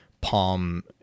Palm